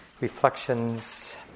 reflections